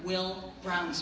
will run